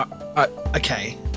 Okay